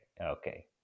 Okay